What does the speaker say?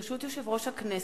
ברשות יושב-ראש הכנסת,